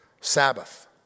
Sabbath